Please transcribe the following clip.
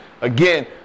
Again